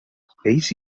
ells